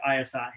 ISI